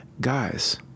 guys